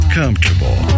comfortable